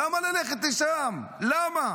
למה ללכת לשם, למה?